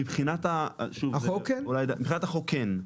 מבחינת החוק כן,